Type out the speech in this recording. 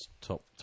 Top